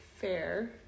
Fair